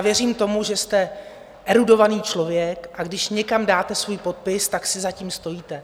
Věřím tomu, že jste erudovaný člověk, a když někam dáte svůj podpis, tak si za tím stojíte.